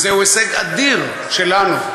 זה הישג אדיר שלנו,